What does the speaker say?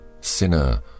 Sinner